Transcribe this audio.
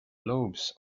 lobes